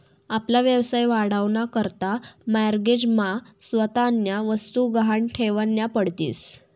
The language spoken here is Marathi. आपला व्यवसाय वाढावा ना करता माॅरगेज मा स्वतःन्या वस्तु गहाण ठेवन्या पडतीस